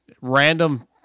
random